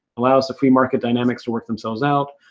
allows the free market dynamics to work themselves out,